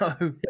No